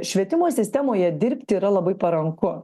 švietimo sistemoje dirbti yra labai paranku